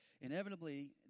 inevitably